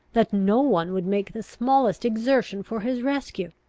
that no one would make the smallest exertion for his rescue.